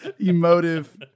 Emotive